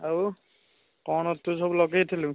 ଆଉ କ'ଣ ତୁ ସବୁ ଲଗେଇଥିଲୁ